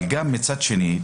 מצד שני,